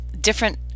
different